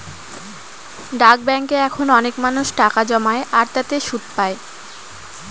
ডাক ব্যাঙ্কে এখন অনেক মানুষ টাকা জমায় আর তাতে সুদ পাই